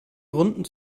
runden